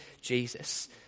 Jesus